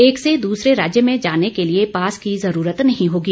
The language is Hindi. एक से दूसरे राज्य में जाने के लिए पास की जरूरत नहीं होगी